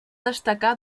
destacar